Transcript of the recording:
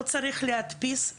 הוא לא צריך להדפיס,